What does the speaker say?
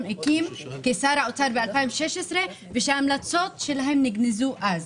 הקים כשר האוצר ב-2016 ושההמלצות שלה נגנזו אז.